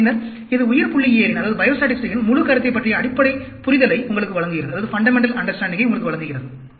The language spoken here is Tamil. ஆனால் பின்னர் இது உயிர்புள்ளியியலின் முழு கருத்தைப் பற்றிய அடிப்படை புரிதலை உங்களுக்கு வழங்குகிறது